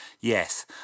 yes